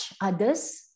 others